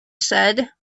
said